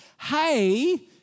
hey